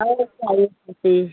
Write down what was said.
और साड़ी